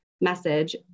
message